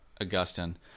Augustine